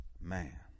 Man